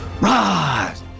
rise